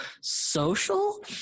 social